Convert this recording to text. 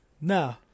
No